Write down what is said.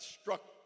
struck